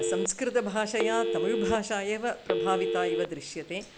संस्कृतभाषया तमिळ्भाषा एव प्रभाविता इव दृश्यते